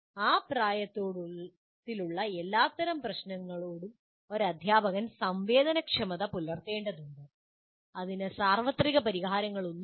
ആ പ്രായത്തിലുള്ള എല്ലാത്തരം പ്രശ്നങ്ങളോടും ഒരു അധ്യാപകനോട് സംവേദനക്ഷമത പുലർത്തേണ്ടതുമാണ് ഇതിന് സാർവത്രിക പരിഹാരങ്ങളൊന്നുമില്ല